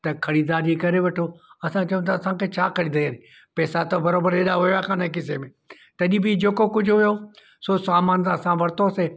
त ख़रीददारी करे वठो असां चऊं त असांखे छा ख़रीदे पेसा त बराबरि एॾा हुया कानि खीसे में तॾहिं बि जेको कुझु हुयो सो सामान असां वरितोसीं